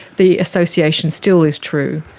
the association still is true.